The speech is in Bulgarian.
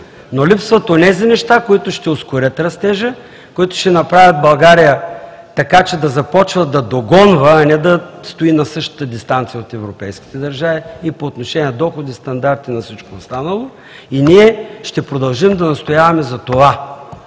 но липсват онези неща, които ще ускорят растежа, които ще направят България така, че да започва да догонва, а не да стои на същата дистанция от европейските държави и по отношение на доходи, стандарти и на всичко останало. Ние ще продължим да настояваме за това